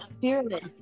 fearless